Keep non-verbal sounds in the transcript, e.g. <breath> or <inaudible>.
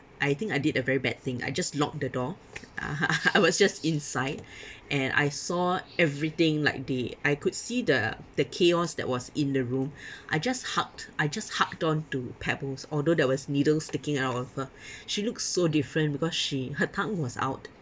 I think I did a very bad thing I just locked the door <laughs> I was just inside <breath> and I saw everything like the I could see the the chaos that was in the room <breath> I just hugged I just hugged on to pebbles although there were needles sticking out of her <breath> she looks so different because she her tongue was out